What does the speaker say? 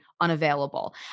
unavailable